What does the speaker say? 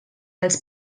els